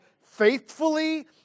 faithfully